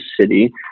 city